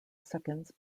seconds